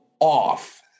off